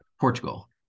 Portugal